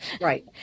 Right